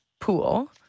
pool